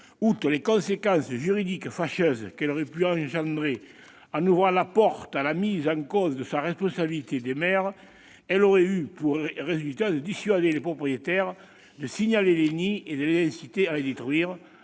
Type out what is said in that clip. outre les conséquences juridiques fâcheuses qu'il aurait pu engendrer en ouvrant la porte à la mise en cause de la responsabilité des maires, il aurait eu pour résultat de dissuader les propriétaires de signaler les nids et de les inciter à les détruire,